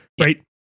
Right